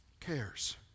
cares